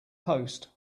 post